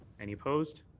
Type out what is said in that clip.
any opposed?